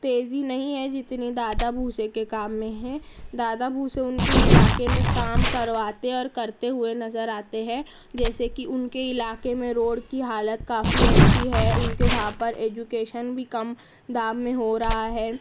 تیزی نہیں ہے جتنی دادا بھوسے کے کام میں ہے داد بھوسے ان کی علاقے میں کام کرواتے اور کرتے ہوئے نظر آتے ہیں جیسے کہ ان کے علاقے میں روڈ کی حالت کافی اچھی ہے ان کے وہاں پر ایجوکیشن بھی کم دام میں ہو رہا ہے